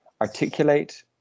articulate